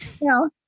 no